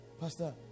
Pastor